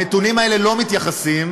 הנתונים האלה לא מתייחסים,